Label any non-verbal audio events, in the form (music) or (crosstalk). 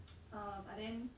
(noise) uh but then